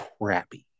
crappy